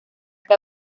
que